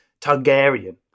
Targaryen